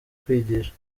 kwigisha